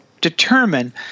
determine